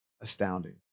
astounding